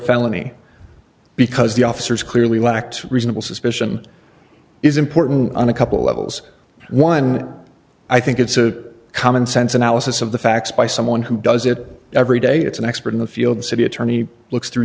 felony because the officers clearly lacked reasonable suspicion is important on a couple levels one i think it's a commonsense analysis of the facts by someone who does it every day it's an expert in the field the city attorney looks through